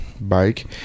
bike